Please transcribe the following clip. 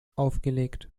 aufgelegt